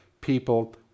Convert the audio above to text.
people